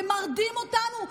זה מרדים אותנו.